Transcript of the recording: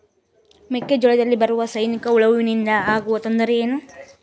ಮೆಕ್ಕೆಜೋಳದಲ್ಲಿ ಬರುವ ಸೈನಿಕಹುಳುವಿನಿಂದ ಆಗುವ ತೊಂದರೆ ಏನು?